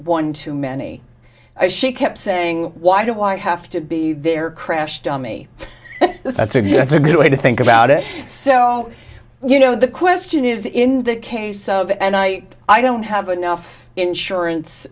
one too many as she kept saying why do i have to be there crashed on me so yeah it's a good way to think about it so you know the question is in the case of an eye i don't have enough insurance